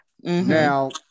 Now